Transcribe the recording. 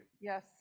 Yes